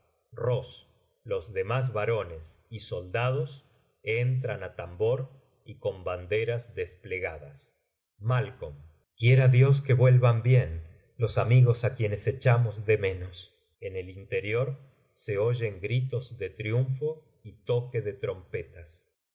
ross los demás barones y soldados entran á tambor y con banderas desplegadas malc quiera dios que vuelvan bien los amigos á quienes echamos de menos en el interior se oyen gritos de triunfo y toque de trompetas